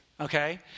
okay